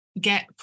get